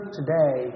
today